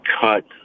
cut